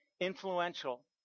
influential